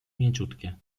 mięciutkie